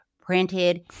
printed